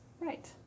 Right